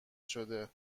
شده